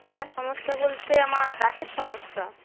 আমার সমস্যা বলতে আমার দাঁতের সমস্যা